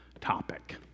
topic